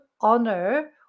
honor